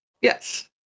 Yes